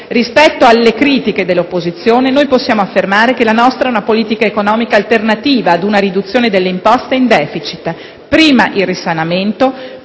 rispetto alle critiche dell'opposizione, possiamo affermare che la nostra è una politica economica alternativa ad una riduzione delle imposte in *deficit*: prima il risanamento,